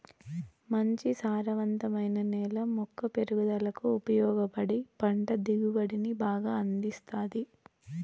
మంచి సారవంతమైన నేల మొక్క పెరుగుదలకు ఉపయోగపడి పంట దిగుబడిని బాగా అందిస్తాది